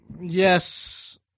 Yes